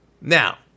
Now